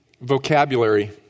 vocabulary